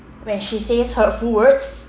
when she says hurtful words